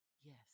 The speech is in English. yes